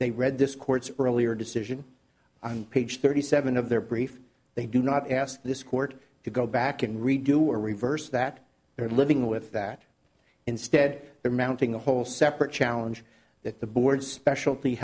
they read this court's earlier decision on page thirty seven of their brief they do not ask this court to go back and redo or reverse that they're living with that instead they're mounting a whole separate challenge that the board specialty